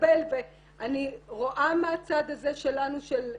אקבל ואני רואה מהצד הזה שלנו של הסובייקטיביות,